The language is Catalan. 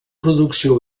producció